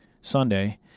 Sunday